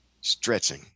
Stretching